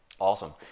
Awesome